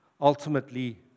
ultimately